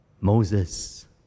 Moses